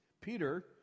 Peter